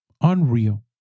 Unreal